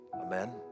Amen